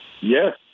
Yes